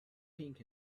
pink